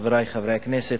חברי חברי הכנסת,